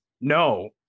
No